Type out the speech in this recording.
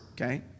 okay